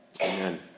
Amen